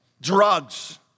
drugs